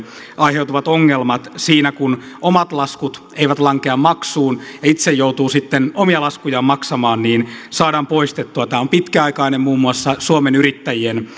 aiheutuvat ongelmat siinä kun omat laskut eivät lankea maksuun ja itse joutuu sitten omia laskujaan maksamaan saadaan poistettua tämä on pitkäaikainen muun muassa suomen yrittäjien